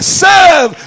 serve